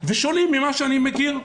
שונים ממה שאני מכיר.